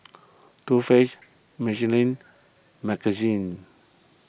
Too Faced Michelin